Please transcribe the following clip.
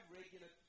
regular